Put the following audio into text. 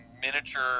miniature